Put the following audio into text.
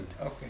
Okay